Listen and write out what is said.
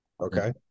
Okay